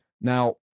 Now